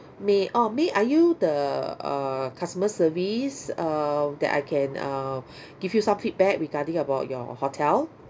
may orh may are you the uh customer service uh that I can uh give you some feedback regarding about your hotel